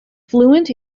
fluent